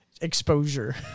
exposure